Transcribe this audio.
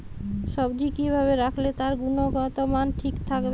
সবজি কি ভাবে রাখলে তার গুনগতমান ঠিক থাকবে?